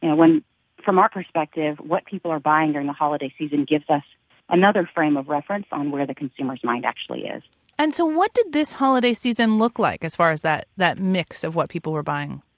and from our perspective, what people are buying during the holiday season gives us another frame of reference on where the consumers mind actually is and so what did this holiday season look like as far as that that mix of what people were buying?